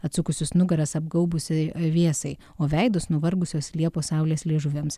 atsukusius nugaras apgaubusiai vėsai o veidus nuvargusios liepos saulės liežuviams